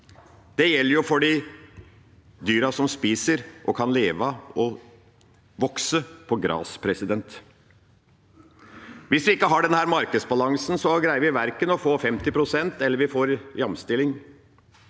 Det gjelder jo for de dyrene som spiser og kan leve og vokse på gress. Hvis vi ikke har denne markedsbalansen, greier vi verken å få 50 pst. eller jamstilling.